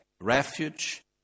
refuge